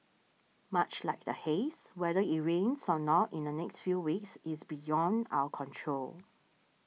much like the haze whether it rains or not in the next few weeks is beyond our control